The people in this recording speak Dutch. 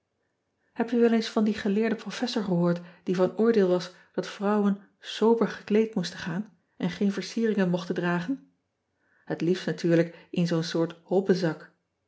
eb je wel eens van dien geleerden professor gehoord die van oordeel was dat vrouwen sober gekleed moesten gaan en geen versieringen mochten dragen et liefst natuurlijk in zoo n soort